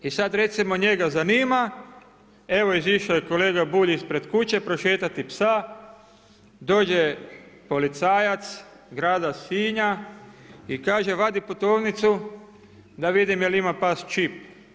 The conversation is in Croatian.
I sad recimo njega zanima evo izišao je kolega Bulj ispred kuće prošetati psa, dođe policajac grada Sinja i kaže vadi putovnicu da vidim jel' ima pas čip.